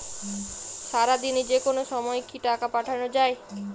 সারাদিনে যেকোনো সময় কি টাকা পাঠানো য়ায়?